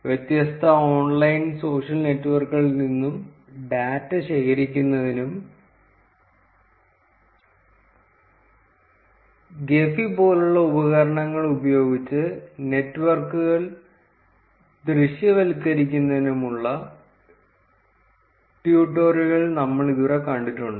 വ്യത്യസ്ത online social നെറ്റ്വർക്കുകളിൽ നിന്നും ഡാറ്റ ശേഖരിക്കുന്നതിനും ഗെഫി പോലുള്ള ഉപകരണങ്ങൾ ഉപയോഗിച്ച് നെറ്റ്വർക്കുകൾ ദൃശ്യവൽക്കരിക്കുന്നതിനുമുള്ള ട്യൂട്ടോറിയലുകൾ നമ്മൾ ഇതുവരെ കണ്ടിട്ടുണ്ട്